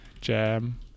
jam